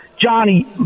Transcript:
Johnny